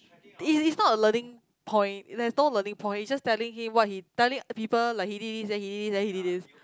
it is not a learning point there is no learning point is just telling him what he telling people like he did this then he did this then he did this